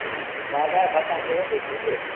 महँगाइ भत्ता सेहो दय छै की